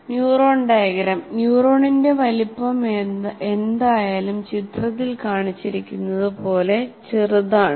neuron diagram ന്യൂറോണിന്റെ വലുപ്പം എന്തായാലും ചിത്രത്തിൽ കാണിച്ചിരിക്കുന്നതുപോലെ ചെറുതാണ്